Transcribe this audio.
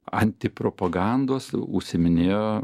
antipropagandos užsiiminėjo